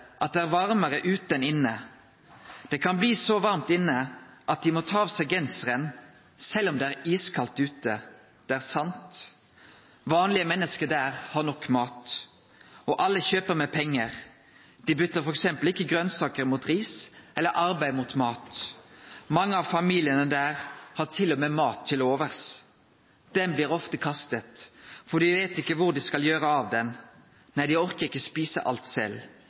at det er varmere ute enn inne. Det kan bli så varmt inne at de må ta av seg genseren, selv om det er iskaldt ute. Det er sant! Vanlige mennesker der har nok mat. Hver dag. Og alle kjøper med penger, de bytter ikke f.eks. grønnsaker mot ris, eller arbeid mot mat. Mange av familiene der har til og med mat til overs. Den blir ofte kastet, for de vet ikke hvor de skal gjøre av den. Nei, de orker ikke spise alt selv.